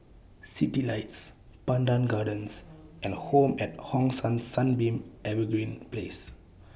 Citylights Pandan Gardens and Home At Hong San Sunbeam Evergreen Place